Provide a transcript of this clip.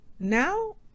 Now